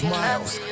Miles